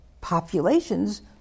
populations